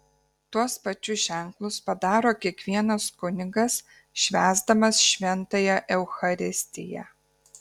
tuos pačius ženklus padaro kiekvienas kunigas švęsdamas šventąją eucharistiją